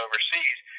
Overseas